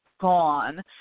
gone